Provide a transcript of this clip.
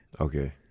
okay